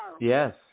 Yes